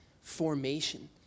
formation